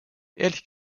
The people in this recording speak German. ehrlich